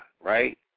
right